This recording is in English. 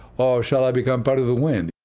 ah shall i become part of the wind?